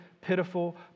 pitiful